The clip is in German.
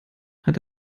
hat